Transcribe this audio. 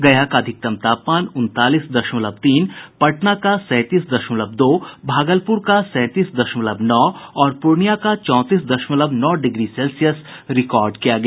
गया का अधिकतम तापमान उनतालीस दशमलव तीन पटना का सैंतीस दशमलव दो भागलपुर का सैंतीस दशमलव नौ और पूर्णियां का चौंतीस दशमलव नौ डिग्री सेल्सियस रिकॉर्ड किया गया